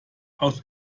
aus